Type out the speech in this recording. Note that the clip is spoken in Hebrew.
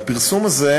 והפרסום הזה,